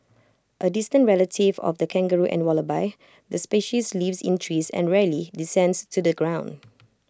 A distant relative of the kangaroo and wallaby the species lives in trees and rarely descends to the ground